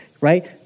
right